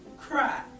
cry